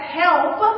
help